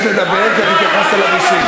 עכשיו הוא יבקש לדבר, כי את התייחסת אליו אישית.